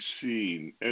seen